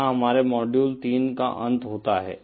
यहाँ हमारे मॉड्यूल 3 का अंत होता है